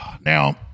Now